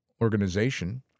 organization